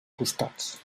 costats